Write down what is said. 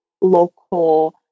local